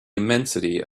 immensity